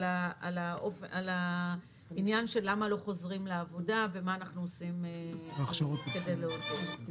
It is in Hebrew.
ששאל אותי בעניין של למה לא חוזרים לעבודה ומה אנחנו עושים כדי לעודד?